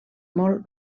molt